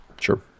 Sure